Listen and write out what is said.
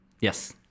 yes